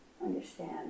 understand